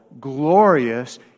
glorious